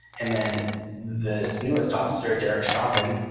and then this newest officer, derrick schavan,